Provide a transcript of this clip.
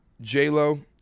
J-Lo